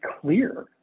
clear